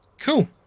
cool